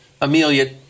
Amelia